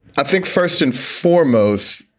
i think first and foremost,